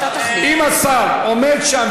אם השר עומד שם,